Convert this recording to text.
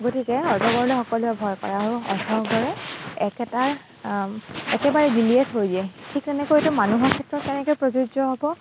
গতিকে অজগৰলৈ সকলোৱে ভয় কৰে আৰু অজগৰে একেটাই একেবাৰে গিলিয়ে থৈ দিয়ে ঠিক তেনেকৈতো মানুহৰ ক্ষেত্ৰত কেনেকৈ প্ৰযোজ্য হ'ব